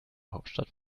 hauptstadt